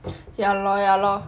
ya lor ya lor